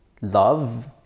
love